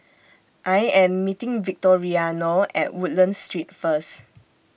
I Am meeting Victoriano At Woodlands Street First